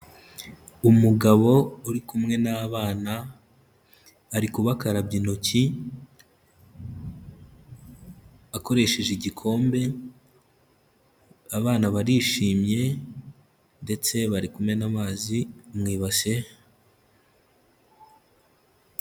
Umugabo uri kumwe n'abana ari kubakarabya intoki akoresheje igikombe, abana barishimye ndetse bari kumena amazi mu ibase.